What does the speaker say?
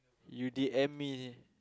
you did admit